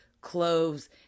cloves